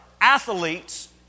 athletes